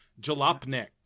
Jalopnik